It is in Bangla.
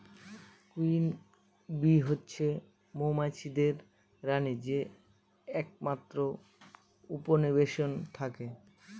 কুইন বী হচ্ছে মৌমাছিদের রানী যে একমাত্র উপনিবেশে থাকে